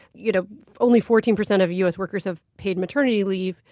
you know only fourteen percent of u s. workers have paid maternity leave.